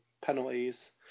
penalties